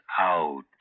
out